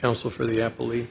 also for the happily